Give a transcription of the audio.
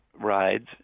rides